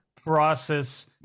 process